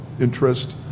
interest